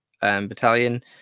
Battalion